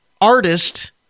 artist